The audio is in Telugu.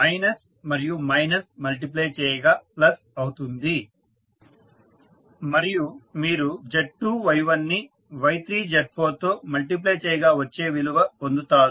మైనస్ మరియు మైనస్ మల్టిప్లై చేయగా ప్లస్ అవుతుంది మరియు మీరు Z2 Y1 ని Y3 Z4 తో మల్టిప్లై చేయగా వచ్చే విలువ పొందుతారు